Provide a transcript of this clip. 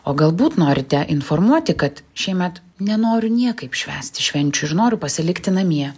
o galbūt norite informuoti kad šiemet nenoriu niekaip švęsti švenčių ir noriu pasilikti namie